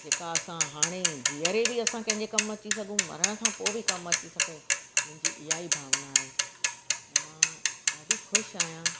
जेका असां हाणे जीअरे बि असां कंहिंजे कमु अची सघूं मरण खां पोइ बि कमु अची सघूं मुंहिंजी इहा ई भावना आहे ऐं मां ॾाढी ख़ुशि आहियां